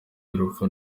y’urupfu